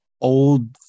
old-